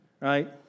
right